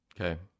Okay